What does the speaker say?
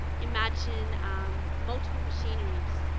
imagine um multiple machineries,